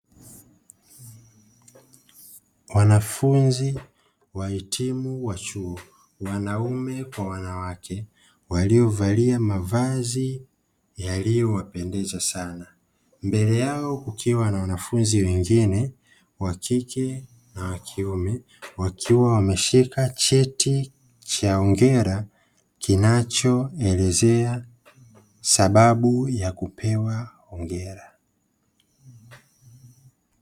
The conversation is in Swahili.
Wanafunzi wahitimu wa chuo wanaume kwa wanawake waliovalia mavazi yaliyowapendeza sana, mbele yao kukiwa na wanafunzi wengine wakike na wakiume, wakiwa wameshika cheti cha hongera kinachoelezea sababu ya kupewa hongera.